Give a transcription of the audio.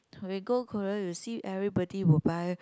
when you go Korea you will see everybody will buy